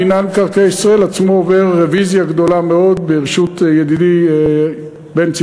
מינהל מקרקעי ישראל בראשות ידידי בנצי